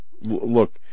Look